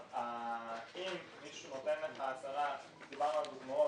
אם מישהו נותן הצהרה ואומר: